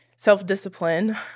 self-discipline